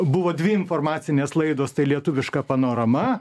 buvo dvi informacinės laidos tai lietuviška panorama